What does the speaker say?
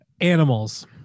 Animals